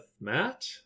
matt